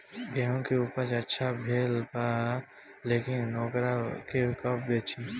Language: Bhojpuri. गेहूं के उपज अच्छा भेल बा लेकिन वोकरा के कब बेची?